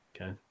Okay